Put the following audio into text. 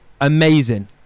amazing